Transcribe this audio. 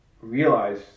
realize